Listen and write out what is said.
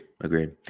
Agreed